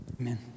Amen